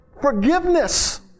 forgiveness